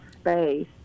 space